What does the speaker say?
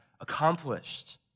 accomplished